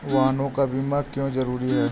वाहनों का बीमा क्यो जरूरी है?